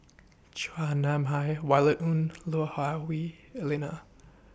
Chua Nam Hai Violet Ng Lui Hah Wah Elena